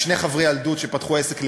על שני חברי ילדות שפתחו עסק לייעוץ,